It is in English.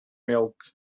milk